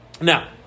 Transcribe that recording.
now